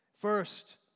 First